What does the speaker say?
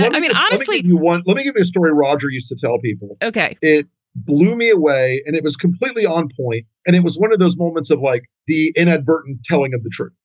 i mean, honestly, you wouldn't let me get this story. roger used to tell people, okay. it blew me away and it was completely on point. and it was one of those moments of like the inadvertent telling of the truth.